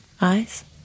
eyes